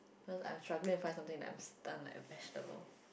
cause I'm struggling to find something that I'm stun like a vegetable